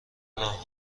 راه